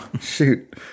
Shoot